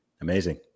Amazing